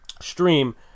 stream